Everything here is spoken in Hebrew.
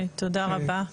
תודה רבה.